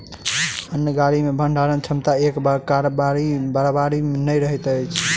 अन्न गाड़ी मे भंडारण क्षमता एक बराबरि नै रहैत अछि